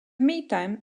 meantime